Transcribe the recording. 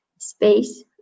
space